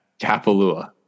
Kapalua